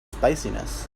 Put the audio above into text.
spiciness